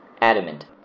Adamant